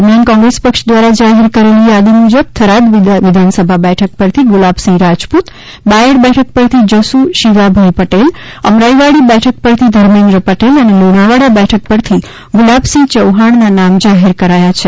દરમિયાન કોંગ્રેસ પક્ષ દ્વારા જાહેર કરેલી યાદી મુજબ થરાદ વિધાનસભા બેઠક પરથી ગુલાબસિંહ રાજપુત બાયડ બેઠક પરથી જસુ શિવાભાઈ પટેલ અમરાઈવાડી બેઠક પરથી ધર્મેન્દ્ર પટેલ અને લુણાવાડા બેઠક પરથી ગુલાબસિંહ ચૌહાણના નામ જાહેર કરાયા છે